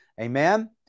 Amen